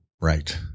Right